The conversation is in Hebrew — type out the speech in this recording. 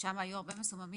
שם היו הרבה מסוממים,